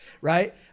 right